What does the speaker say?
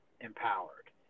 empowered